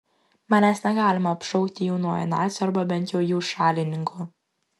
manęs negalima apšaukti jaunuoju naciu arba bent jau jų šalininku